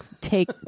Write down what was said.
take